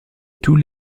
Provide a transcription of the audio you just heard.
tous